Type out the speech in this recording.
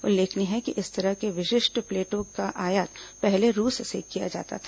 उल्लेखनीय है कि इस तरह के विशिष्ट प्लेटों का आयात पहले रूस से किया जाता था